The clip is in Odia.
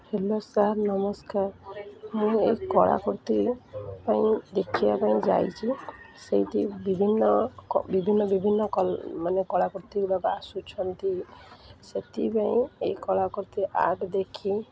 ହ୍ୟାଲୋ ସାର୍ ନମସ୍କାର ମୁଁ ଏହି କଳାକୃର୍ତ୍ତି ପାଇଁ ଦେଖିବା ପାଇଁ ଯାଇଛି ସେଇଠି ବିଭିନ୍ନ ବିଭିନ୍ନ ବିଭିନ୍ନ ମାନେ କଳାକୃର୍ତ୍ତିଗୁଡ଼ିକ ଆସୁଛନ୍ତି ସେଥିପାଇଁ ଏଇ କଳାକୃର୍ତ୍ତି ଆର୍ଟ୍ ଦେଖି